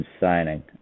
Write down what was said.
signing